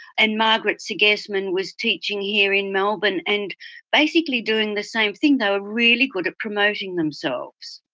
and margrit segesman was teaching here in melbourne and basically doing the same thing, they were really good at promoting themselves.